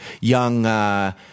young